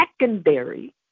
secondary